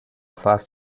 fast